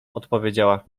odpowiedziała